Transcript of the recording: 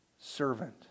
servant